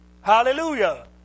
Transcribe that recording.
Hallelujah